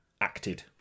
acted